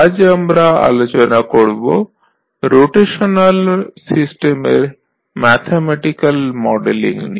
আজ আমরা আলোচনা করব রোটেশনাল সিস্টেমের ম্যাথমেটিক্যাল মডেলিং নিয়ে